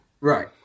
Right